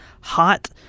hot